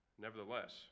Nevertheless